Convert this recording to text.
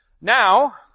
Now